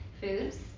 foods